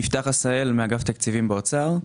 יפתח עשהאל, אגף תקציבים באוצר.